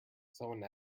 someone